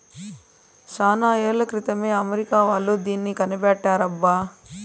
చానా ఏళ్ల క్రితమే అమెరికా వాళ్ళు దీన్ని కనిపెట్టారబ్బా